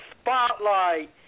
spotlight